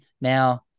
now-